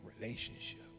relationship